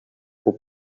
aux